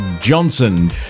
Johnson